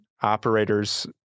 operators